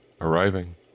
arriving